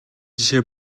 жишээ